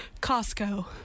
Costco